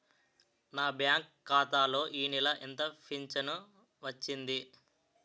నా బ్యాంక్ ఖాతా లో ఈ నెల ఎంత ఫించను వచ్చింది?